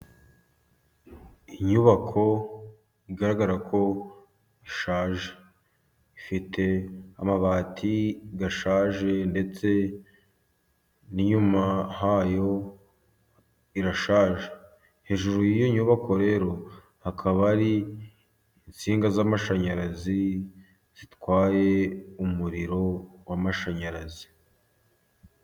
Inyubako igaragara ko ishaje. Ifite amabati ashaje, ndetse n'inyuma hayo irashaje . Hejuru y'iyo nyubako rero hakaba ari insinga z'amashanyarazi zitwaye umuriro w'amashanyarazi.